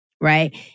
right